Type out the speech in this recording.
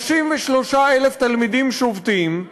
33,000 תלמידים שובתים.